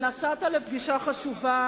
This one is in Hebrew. את לא הצטרפת